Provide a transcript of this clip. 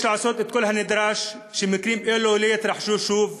יש לעשות את כל הנדרש שמקרים כאלו לא יתרחשו שוב,